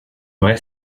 vrai